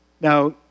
now